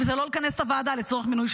אבל אז אנחנו מוצאים את אישורי המסירה,